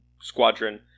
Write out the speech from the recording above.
Squadron